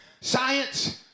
science